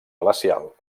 glacial